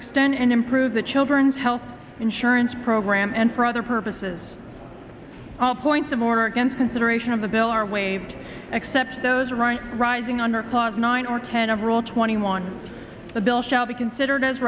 extend and improve the children's health insurance program and for other purposes all points of order against consideration of the bill are waived except those right rising under clause nine or ten of rule twenty one the bill shall be considered as